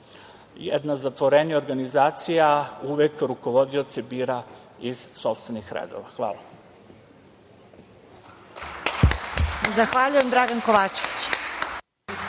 jedna zatvorenija organizacija uvek rukovodioce bira iz sopstvenih redova. Hvala.